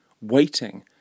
waiting